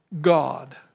God